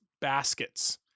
baskets